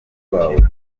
rwabo